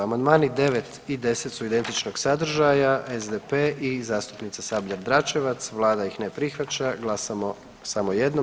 Amandmani 9 i 10 su identičnog sadržaja, SDP i zastupnica Sabljar Dračevac, Vlada ih ne prihvaća, glasamo samo jednom.